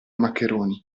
maccheroni